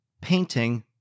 painting